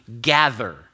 gather